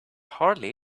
hardly